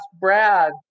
Brad